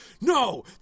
no